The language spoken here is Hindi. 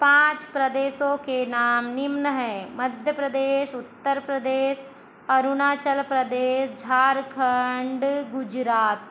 पाँच प्रदेशों के नाम निम्न है मध्य प्रदेश उत्तर प्रदेश अरुणाचल प्रदेश झारखंड गुजरात